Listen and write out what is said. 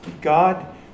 God